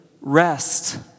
rest